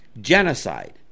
genocide